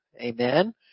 Amen